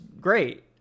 great